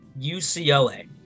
ucla